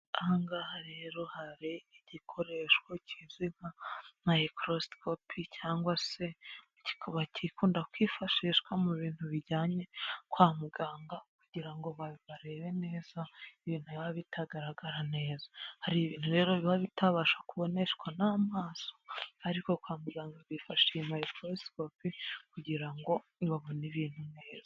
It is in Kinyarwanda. Ahangaha rero hari igikoresho kizwi nka mayikoroskopi cyangwa se bakunda kwifashishwa mu bintu bijyanye kwa muganga kugira ngo barebe neza ibintu biba bitagaragara neza hari ibintu rero biba bitabasha kuboneshwa n'amaso, ariko kwa muganga bifashisha mayikoroskopi kugira ngo babone ibintu.